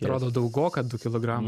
atrodo daugoka du kilogramai